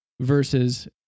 Versus